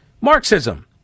Marxism